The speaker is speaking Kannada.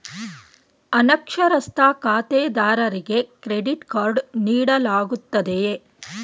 ಅನಕ್ಷರಸ್ಥ ಖಾತೆದಾರರಿಗೆ ಕ್ರೆಡಿಟ್ ಕಾರ್ಡ್ ನೀಡಲಾಗುತ್ತದೆಯೇ?